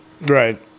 Right